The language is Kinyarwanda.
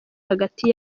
hagati